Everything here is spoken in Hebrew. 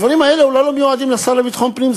הדברים האלה אולי לא מיועדים לשר לביטחון פנים,